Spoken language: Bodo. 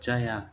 जाया